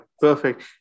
Perfect